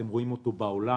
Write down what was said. אתם רואים אותו בעולם.